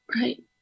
right